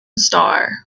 star